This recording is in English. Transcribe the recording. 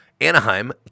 Anaheim